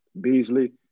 Beasley